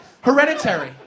Hereditary